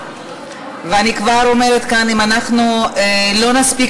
ואני כבר אומרת כאן: אם אנחנו לא נספיק